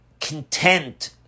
content